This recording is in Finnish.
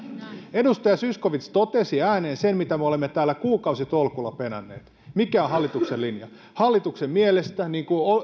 edustaja zyskowicz totesi ääneen sen mitä me olemme täällä kuukausitolkulla penänneet mikä on hallituksen linja hallituksen mielestä niin kuin edustaja